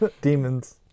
Demons